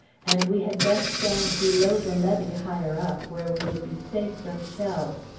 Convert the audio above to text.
and we had best stand below the levee, higher up, where we would be safe from shells.